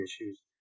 issues